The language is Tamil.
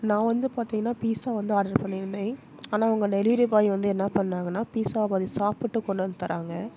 நான் வந்து பார்த்திங்கனா பீஸா வந்து ஆட்ரு பண்ணியிருந்தேன் ஆனால் உங்கள் டெலிவரி பாய் வந்து என்ன பண்ணாங்கனா பீஸாவை பாதி சாப்பிட்டு கொண்டு வந்து தர்றாங்க